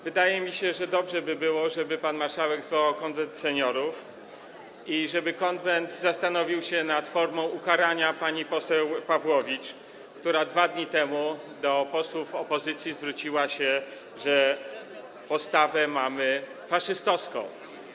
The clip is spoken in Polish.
Wydaje mi się, że dobrze by było, żeby pan marszałek zwołał Konwent Seniorów i żeby Konwent zastanowił się nad formą ukarania pani poseł Pawłowicz, która 2 dni temu do posłów opozycji zwróciła się, że postawę mamy faszystowską.